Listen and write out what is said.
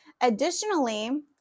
Additionally